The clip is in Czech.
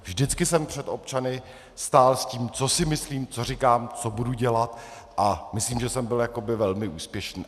Vždycky jsem před občany stál s tím, co si myslím, co říkám, co budu dělat, a myslím, že jsem byl jakoby velmi úspěšný.